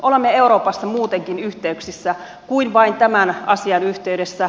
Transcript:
olemme euroopassa muutenkin yhteyksissä kuin vain tämän asian yhteydessä